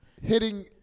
hitting